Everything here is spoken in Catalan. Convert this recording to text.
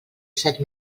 set